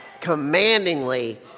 Commandingly